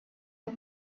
had